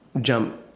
jump